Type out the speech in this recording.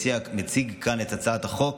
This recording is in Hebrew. אני מציג כאן את הצעת החוק